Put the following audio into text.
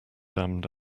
damned